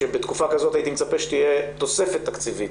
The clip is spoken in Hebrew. כשבתקופה כזאת הייתי מצפה שתהיה תוספת תקציבית.